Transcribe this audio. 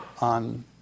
on